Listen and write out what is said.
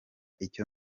icyo